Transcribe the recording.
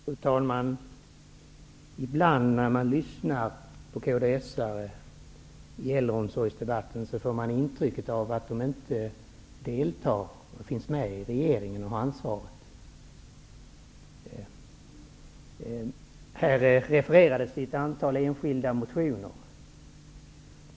Fru talman! Ibland när man lyssnar på kds:are i äldreomsorgsdebatten får man intrycket att de inte sitter med i regeringen och delar ansvaret. Här refererades till ett antal enskilda motioner.